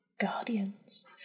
Guardians